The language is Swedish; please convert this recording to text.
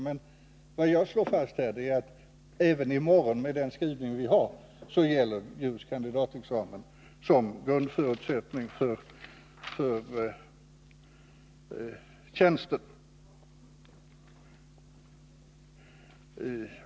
Men vad jag vill slå fast är att med den skrivning utskottet har gäller även i morgon juris kandidatexamen som grundförutsättning för polischefstjänst.